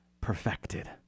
perfected